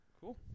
Cool